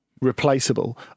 replaceable